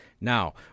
now